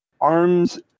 arms